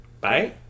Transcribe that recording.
bye